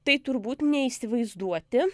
tai turbūt neįsivaizduoti